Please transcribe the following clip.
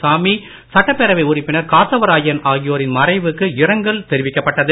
சாமி சட்டப்பேரவை உறுப்பினர் காத்தவாராயன் ஆகியோரின் மறைவுக்கு இரங்கல் தெரிவிக்கப்பட்டது